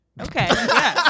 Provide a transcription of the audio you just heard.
okay